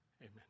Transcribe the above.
Amen